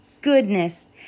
goodness